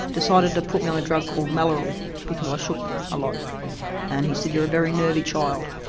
decided to put me on a drug called mallorol because i shook a lot and he said, you're a very nervy child.